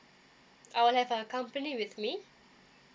I will have a company with me